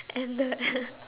and the